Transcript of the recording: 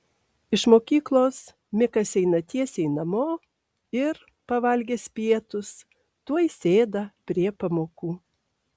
iš mokyklos mikas eina tiesiai namo ir pavalgęs pietus tuoj sėda prie pamokų